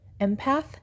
empath